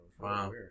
wow